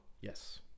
Yes